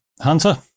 Hunter